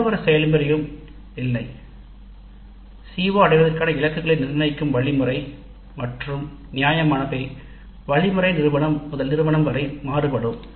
எந்தவொரு செய்முறையும் இல்லை CO அடைவதற்கான இலக்குகளை நிர்ணயிக்கும் வழி மற்றும் நியாயமானவை நிறுவனம் முதல் நிறுவனம் வரை மாறுபடும்